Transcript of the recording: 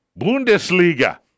Bundesliga